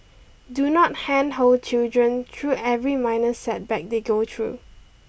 do not handhold children through every minor setback they go through